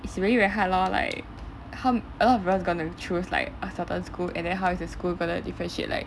it's really very hard lor like how a lot of people is going to choose like a certain school and then how is the school going to differentiate like